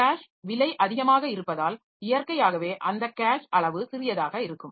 cash விலை அதிகமாக இருப்பதால் இயற்கையாகவே அந்த கேஷ் அளவு சிறியதாக இருக்கும்